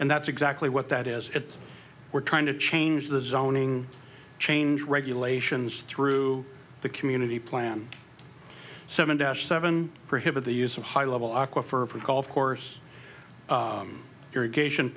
and that's exactly what that is it we're trying to change the zoning change regulations through the community plan seven dash seven prohibit the use of high level aqua for golf course irrigation